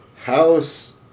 House